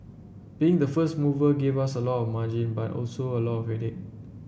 being the first mover gave us a lot margin but also a lot of it